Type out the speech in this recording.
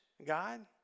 God